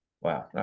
Wow